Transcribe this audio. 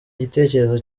igitekerezo